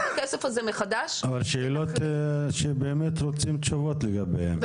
אלה שאלות שבאמת רוצים תשובות לגביהן.